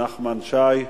נחמן שי?